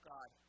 God